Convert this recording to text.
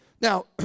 Now